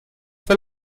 für